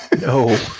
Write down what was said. No